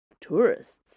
Tourists